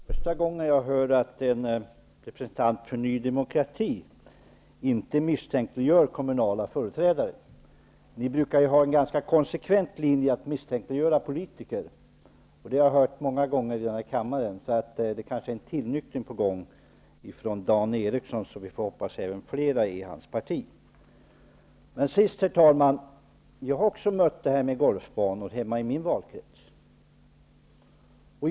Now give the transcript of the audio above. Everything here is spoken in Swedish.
Herr talman! Det är första gången jag hör att en representant för Ny demokrati inte misstänkliggör kommunala företrädare. Ni brukar ha en ganska konsekvent linje att misstänkliggöra politiker. Det har jag hört många gånger i den här kammaren. Det kanske är en tillnyktring på gång för Dan Eriksson och, får vi hopppas, även för flera i hans parti. Jag har också mött frågorna om golfbanor hemma i min valkrets.